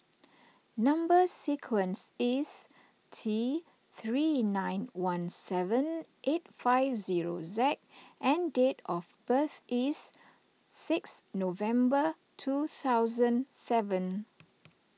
Number Sequence is T three nine one seven eight five zero Z and date of birth is six November two thousand seven